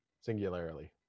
Singularly